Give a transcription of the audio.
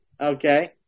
okay